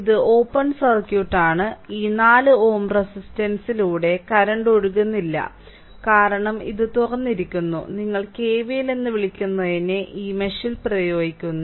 ഇത് open circuit ആണ് ഈ 4 Ω റെസിസ്റ്റൻസിലുടെ കറന്റ് ഒഴുകുന്നില്ല കാരണം ഇത് തുറന്നിരിക്കുന്നുനിങ്ങൾ കെവിഎൽ എന്ന് വിളിക്കുന്നതിനെ ഈ മെഷിൽ പ്രയോഗിക്കുന്നു